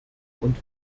und